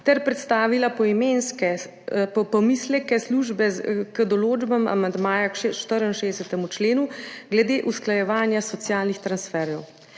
ter predstavila pomisleke službe k določbam amandmaja k 64. členu glede usklajevanja socialnih transferjev.